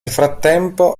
frattempo